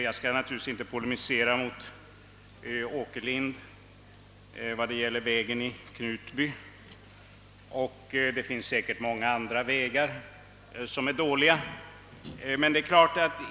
Jag skall naturligtvis inte polemisera mot herr Åkerlind beträffande vad han sade om vägen mellan Rimbo och Knutby, och det finns säkerligen även många andra vägar som är dåliga.